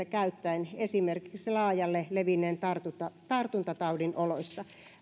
käyttäen esimerkiksi laajalle levinneen tartuntataudin oloissa